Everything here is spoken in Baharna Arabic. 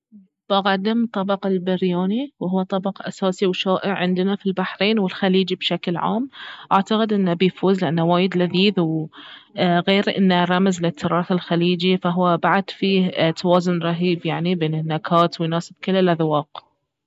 بقدم طبق البرياني واهو طبق اساي وشائع عندنا في البحرين والخليج بشكل عام اعتقد انه بيفوز لانه وايد لذيذ و غير انه رمز للتراث الخليجي فهو بعد فيه توازن رهيب يعني بين النكهات ويناسب كل الاذواق